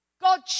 God